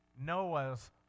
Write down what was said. Noah's